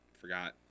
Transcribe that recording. forgot